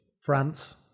France